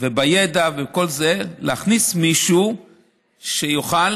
וידע וכל זה, להכניס מישהו שיוכל